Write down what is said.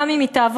גם אם היא תעבוד,